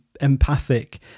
empathic